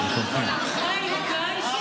חברות וחברי הכנסת,